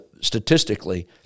statistically